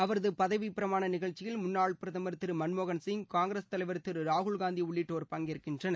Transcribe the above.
அவரது பதவிப்பிரமாண நிகழ்ச்சியில் முன்னாள் பிரதமர் திரு மன்மோகன் சிங் காங்கிரஸ் தலைவர் திரு ராகுல் காந்தி உள்ளிட்டோர் பங்கேற்கின்றனர்